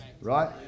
Right